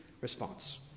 response